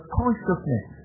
consciousness